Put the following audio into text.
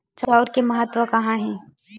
चांउर के महत्व कहां हे?